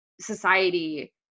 society